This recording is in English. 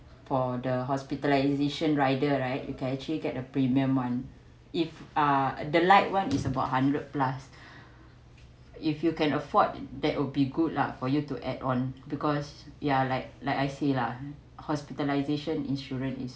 for the hospitalisation rider right you can actually get a premium one if uh the light one is about hundred plus if you can afford that would be good lah for you to add on because ya like like I see lah hospitalisation insurance is